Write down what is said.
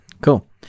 Cool